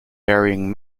varying